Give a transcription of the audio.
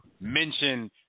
mention